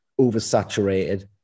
oversaturated